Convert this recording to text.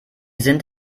sind